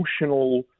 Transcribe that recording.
emotional